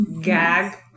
gag